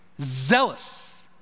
zealous